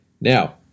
now